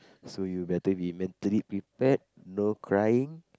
so you better be mentally prepared no crying